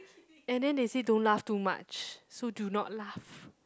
and then they say don't laugh too much so do not laugh